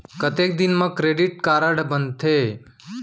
कतेक दिन मा क्रेडिट कारड बनते?